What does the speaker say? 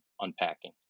unpacking